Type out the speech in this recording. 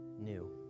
New